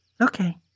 Okay